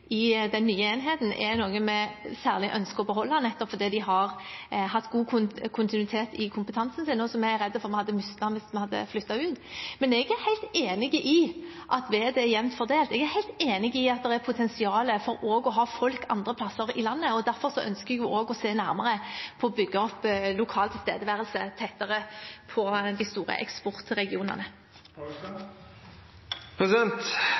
den nye enheten, er noe vi særlig ønsker å beholde, nettopp fordi de har hatt god kontinuitet i kompetansen, noe jeg er redd for at vi hadde mistet hvis man hadde flyttet ut. Men jeg er helt enig i at vettet er jevnt fordelt, og jeg er helt enig i at det er potensial for også å ha folk andre plasser i landet. Derfor ønsker jeg å se nærmere på å bygge opp lokal tilstedeværelse tettere på de store eksportregionene.